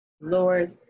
Lord